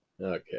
Okay